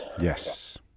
Yes